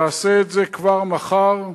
תעשה את זה כבר מחר.